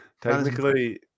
Technically